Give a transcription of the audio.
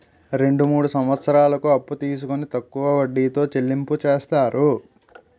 రెండు మూడు సంవత్సరాలకు అప్పు తీసుకొని తక్కువ వడ్డీతో చెల్లింపు చేస్తారు